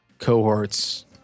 cohorts